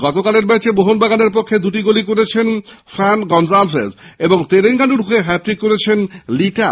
গতকালের ম্যাচে মোহনবাগানের পক্ষে দুটি গোলই করেন ফ্রান গঞ্জালেজ এবং তেরেঙ্গানুর হয়ে হ্যাটট্রিক করেছেন লিটাক